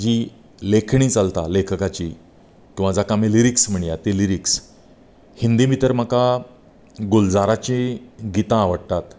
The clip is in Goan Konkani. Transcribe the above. जी लेखणी चलता लेखकाची किंवां जाका आमी लिरिक्स म्हणया तीं लिरिक्स हिंदी भितर म्हाका गुलजाराची गीतां आवडटात